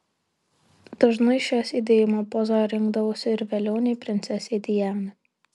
dažnai šią sėdėjimo pozą rinkdavosi ir velionė princesė diana